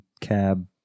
cab